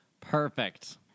Perfect